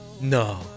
No